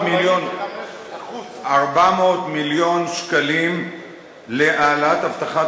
45%. 400 מיליון שקלים ב-2011 מתוקף החוק להעלאת הבטחת